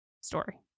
story